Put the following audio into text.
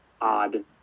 odd